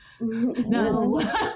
no